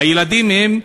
הילדים הם,